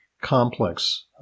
complex